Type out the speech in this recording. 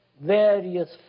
various